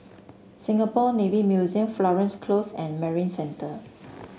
Singapore Navy Museum Florence Close and Marina Centre